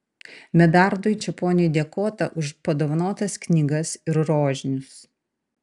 medardui čeponiui dėkota už padovanotas knygas ir rožinius